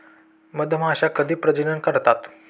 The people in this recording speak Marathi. मधमाश्या कधी प्रजनन करतात?